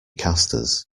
casters